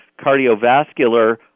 cardiovascular